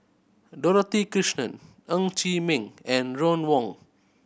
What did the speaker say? Dorothy Krishnan Ng Chee Meng and Ron Wong